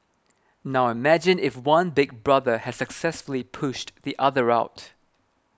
now imagine if one Big Brother has successfully pushed the other out